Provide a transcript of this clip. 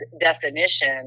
definition